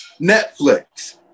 Netflix